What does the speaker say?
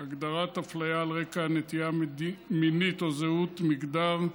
הגדרת הפליה על רקע נטייה מינית או זהות מגדר),